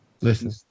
Listen